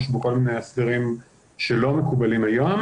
יש בו כל מיני הסדרים שלא מקובלים היום.